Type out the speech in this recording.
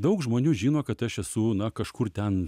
daug žmonių žino kad aš esu na kažkur ten